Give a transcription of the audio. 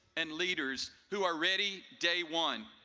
and leaders who are ready day one.